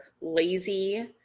lazy